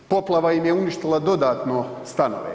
Poplava im je uništila dodatno stanove.